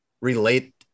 relate